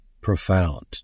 profound